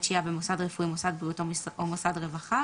שהייה במוסד רפואי או מוסד בריאותי או מוסד רווחה.